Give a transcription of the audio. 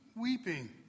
weeping